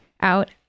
out